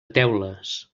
teules